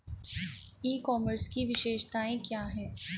ई commerce की विशेषताएं क्या हैं?